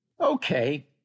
Okay